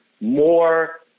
more